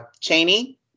Cheney